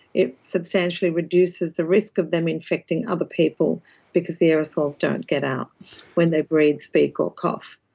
it substantially reduces the risk of them infecting other people because the aerosols don't get out when they breathe, speak or cough.